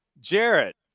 Jarrett